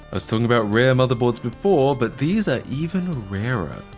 i was talking about rare motherboards before, but these are even rarer.